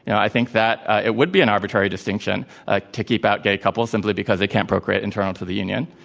i think that it would be an arbitrary distinction ah to keep out gay couples simply because they can't procreate internal to the union.